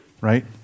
Right